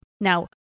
Now